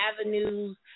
avenues